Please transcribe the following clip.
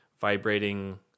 vibrating